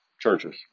churches